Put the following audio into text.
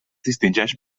distingeix